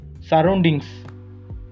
surroundings